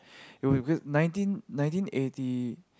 it were build nineteen nineteen eighty